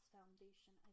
Foundation